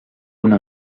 una